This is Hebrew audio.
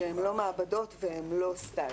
שהן לא מעבדות והן לא סטאז',